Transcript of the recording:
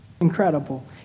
Incredible